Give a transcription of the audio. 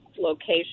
location